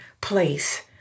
place